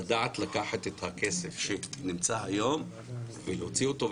לדעת לקחת את הכסף שנמצא היום ולהוציא אותו,